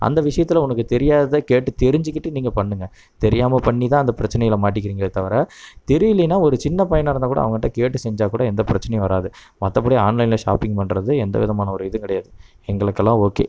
அந்த விஷயத்தில் உனக்கு தெரியாததை கேட்டுத் தெரிஞ்சிக்கிட்டு நீங்கள் பண்ணுங்கள் தெரியாமல் பண்ணிதான் அந்தப் பிரச்சனையில் மாட்டிக்கிறீங்களே தவிர தெரியிலன்னா ஒரு சின்னப் பையனாக இருந்தால் கூட அவங்ககிட்ட கேட்டு செஞ்சால் கூட எந்தப் பிரச்சனையும் வராது மற்றபடி ஆன்லைன்ல ஷாப்பிங் பண்ணுறது எந்தவிதமான ஒரு இதுவும் கிடையாது எங்களுக்கெல்லாம் ஓகே